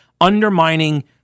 undermining